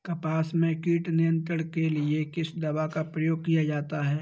कपास में कीट नियंत्रण के लिए किस दवा का प्रयोग किया जाता है?